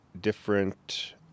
different